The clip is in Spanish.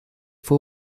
fue